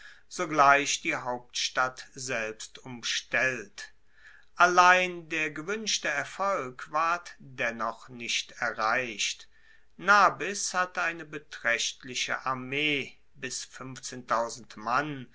sogleich die hauptstadt selbst umstellt allein der gewuenschte erfolg ward dennoch nicht erreicht nabis hatte eine betraechtliche armee bis mann